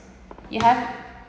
you have